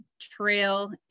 Trail